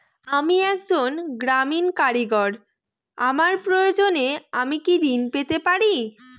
আমি একজন গ্রামীণ কারিগর আমার প্রয়োজনৃ আমি কি ঋণ পেতে পারি?